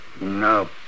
No